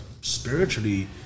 spiritually